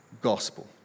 gospel